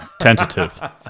tentative